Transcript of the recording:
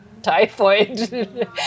typhoid